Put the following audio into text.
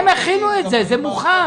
הם הכינו את זה, זה מוכן.